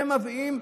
הם מביאים,